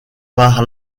par